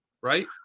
right